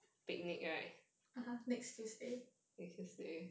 (uh huh) next tuesday